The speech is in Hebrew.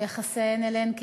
ויחסה אליהן,